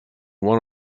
one